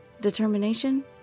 Determination